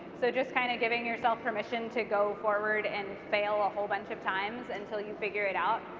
so just kind of giving yourself permission to go forward and fail a whole bunch of times until you figure it out.